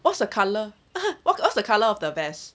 what's the colour what what's the colour of the vest